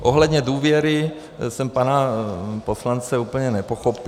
Ohledně důvěry jsem pana poslance úplně nepochopil